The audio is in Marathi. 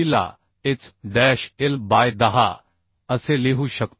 ला h डॅश Lबाय 10 असे लिहू शकतो